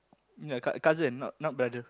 ya ka~ cousin not not brother